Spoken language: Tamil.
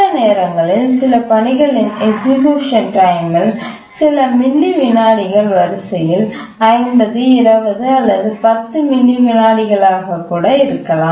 சில நேரங்களில் சிறு பணிகளின் எக்சிக்யூஷன் டைம் சில மில்லி விநாடிகளின் வரிசையில் 50 20 அல்லது 10 மில்லி விநாடிகளாக கூட இருக்கலாம்